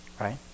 right